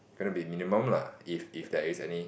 going to be minimum lah if if there is any